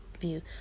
view